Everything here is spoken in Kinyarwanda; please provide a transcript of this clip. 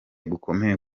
gukomeye